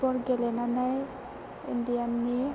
football गेलेनानै इण्डियाननि